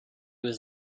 was